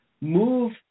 move